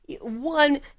one